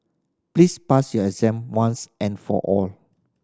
please pass your exam once and for all